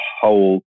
whole